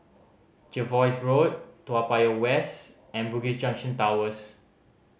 Jervois Road Toa Payoh West and Bugis Junction Towers